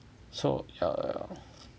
so err